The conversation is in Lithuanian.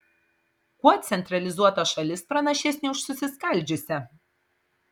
kuo centralizuota šalis pranašesnė už susiskaldžiusią